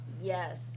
Yes